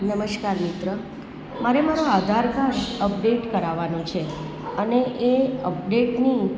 નમસ્કાર મિત્રો મારે મારો આધાર કાર્ડ અપડેટ કરાવવાનો છે અને એ અપડેટની